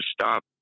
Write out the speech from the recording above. stop